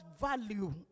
value